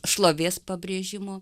šlovės pabrėžimo